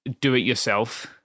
do-it-yourself